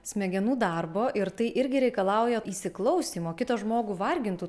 smegenų darbo ir tai irgi reikalauja įsiklausymo kitą žmogų vargintų